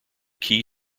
key